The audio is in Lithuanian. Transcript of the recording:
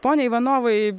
pone ivanovai